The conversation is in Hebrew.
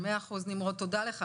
תודה.